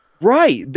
Right